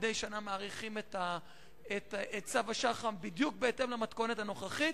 מדי שנה מאריכים את צו השח"מ בדיוק בהתאם למתכונת הנוכחית.